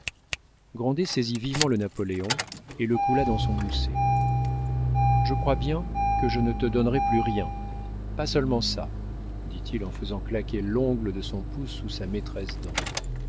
saisit vivement le napoléon et le coula dans son gousset je crois bien que je ne te donnerai plus rien pas seulement ça dit-il en faisant claquer l'ongle de son pouce sous sa maîtresse